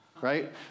right